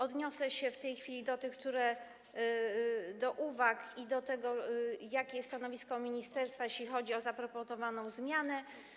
Odniosę się w tej chwili do pytań, uwag i do tego, jakie jest stanowisko ministerstwa, jeśli chodzi o zaproponowaną zmianę.